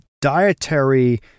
dietary